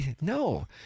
no